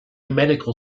medical